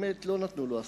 באמת, לא נתנו לו הסעה.